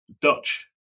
Dutch